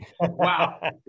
wow